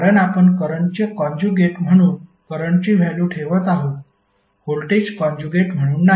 कारण आपण करंटचे कॉन्जुगेट म्हणून करंटची व्हॅल्यु ठेवत आहोत व्होल्टेज कॉन्जुगेट म्हणून नाही